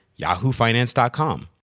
yahoofinance.com